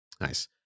Nice